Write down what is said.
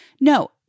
No